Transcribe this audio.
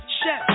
chef